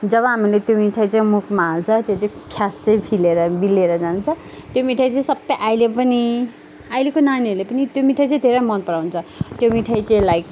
जब हामीले त्यो मिठाई चाहिँ मुखमा हाल्छ त्यो चाहिँ फ्यास्सै फिल्लेर बिल्लिएर जान्छ त्यो मिठाई चाहिँ सबै अहिले पनि अहिलेको नानीहरूले पनि त्यो मिठाई चाहिँ धेरै मन पराउँछ त्यो मिठाई चाहिँ लाइक